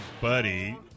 buddy